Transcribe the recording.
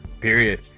period